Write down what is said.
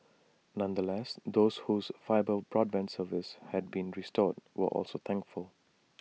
nonetheless those whose fibre broadband service had been restored were also thankful